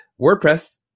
WordPress